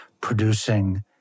producing